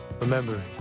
Remember